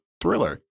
thriller